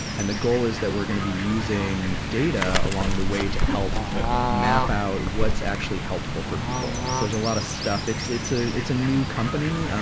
and the goal is that we're gonna be using data along the way to help map out what's actually helpful for people. so there's a lot of stuff. it's, it's, ah, it's a new company.